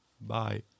bye